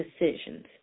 decisions